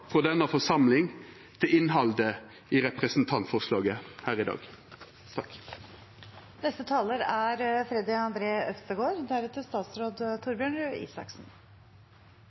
frå denne forsamlinga til innhaldet i representantforslaget her i dag. Jeg vil starte der foregående taler slapp: Er